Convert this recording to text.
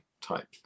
type